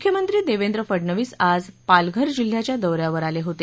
मुख्यमंत्री देवेंद्र फडनवीस आज पालघर जिल्ह्याच्या दौऱ्यावर होते